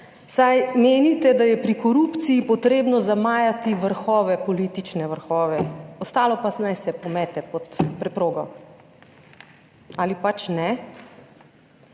saj menite, da je pri korupciji potrebno zamajati vrhove, politične vrhove, ostalo pa naj se pomete pod preprogo - ali pač ne.